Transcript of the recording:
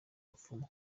bapfumu